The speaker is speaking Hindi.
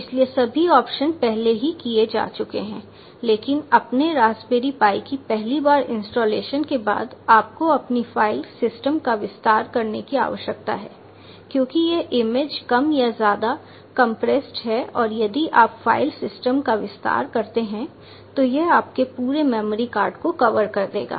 इसलिए सभी ऑपरेशन पहले ही किए जा चुके हैं लेकिन अपने रास्पबेरी पाई की पहली बार इंस्टॉलेशन के बाद आपको अपनी फाइल सिस्टम का विस्तार करने की आवश्यकता है क्योंकि ये इमेज कम या ज्यादा कमप्रेस्ड हैं और यदि आप फाइल सिस्टम का विस्तार करते हैं तो यह आपके पूरे मेमोरी कार्ड को कवर कर देगा